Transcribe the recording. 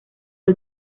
fue